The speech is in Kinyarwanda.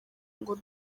ngo